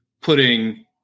putting